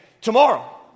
tomorrow